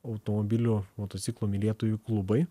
automobilių motociklų mylėtojų klubai